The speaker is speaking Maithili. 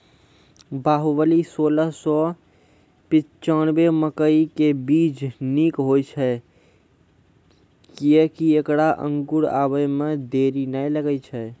बाहुबली सोलह सौ पिच्छान्यबे मकई के बीज निक होई छै किये की ऐकरा अंकुर आबै मे देरी नैय लागै छै?